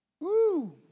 Woo